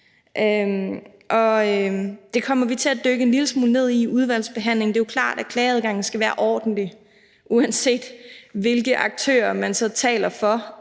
det kommer vi til dykke en lille smule ned i i udvalgsbehandlingen. Det er jo klart, at klageradgangen skal være ordentlig, uanset hvilke aktører man så taler for